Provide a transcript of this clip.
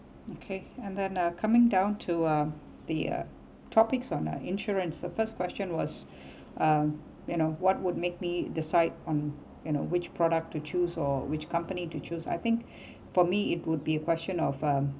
okay and then uh coming down to uh the topics on a insurance the first question was uh you know what would make me decide on you know which product to choose or which company to choose I think for me it would be a question of um